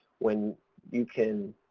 when you can